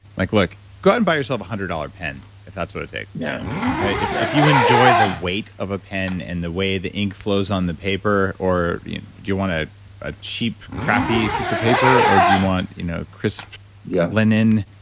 like look go out and buy yourself one hundred dollars pen if that's what it takes. and yeah yeah if yeah if you enjoy the weight of a pen and the way the ink flows on the paper, or do you want to a cheap crappy piece of paper or do you want you know crisp yeah linen?